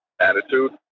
attitude